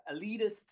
elitist